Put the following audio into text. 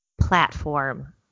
platform